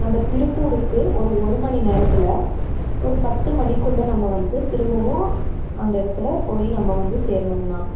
நம்ம திருப்பூருக்கு ஒரு ஒரு மணி நேரத்தில் ஒரு பத்து மணிக்குள்ளே நம்ம வந்து திரும்பவும் அந்த இடத்துல போய் நம்ம வந்து சேரணுங்ணா